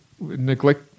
neglect